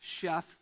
chef